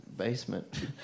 basement